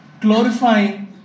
glorifying